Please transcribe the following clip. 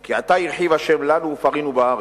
כי עתה הרחיב ה' לנו ופרינו בארץ".